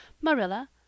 Marilla